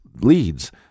leads